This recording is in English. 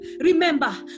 Remember